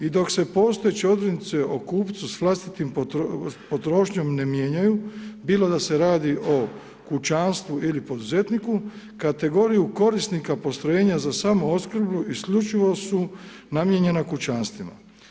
I dok se postojeće odrednice o kupcu s vlastitom potrošnjom ne mijenjaju bilo da se radi o kućanstvu ili poduzetniku kategoriju korisnika postrojenja za samoopskrbu isključivo su namijenjena kućanstvima.